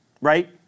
right